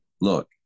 look